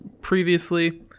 previously